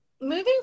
moving